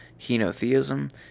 henotheism